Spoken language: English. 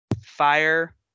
Fire